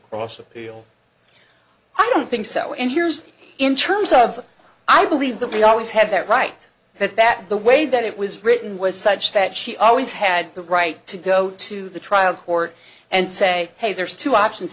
cross appeal i don't think so and here's in terms of i believe that we always have that right that that the way that it was written was such that she always had the right to go to the trial court and say hey there's two options